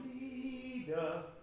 leader